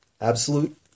absolute